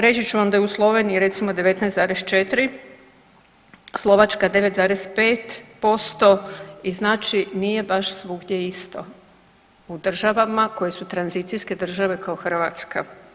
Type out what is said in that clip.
Reći ću vam da je u Sloveniji recimo 19,4, Slovačka 9,5% i znači nije baš svugdje isto u državama koje su tranzicijske države kao Hrvatska.